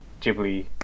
ghibli